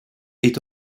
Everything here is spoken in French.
est